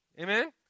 Amen